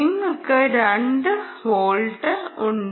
നിങ്ങൾക്ക് 2 ഔട്ട് ഉണ്ട്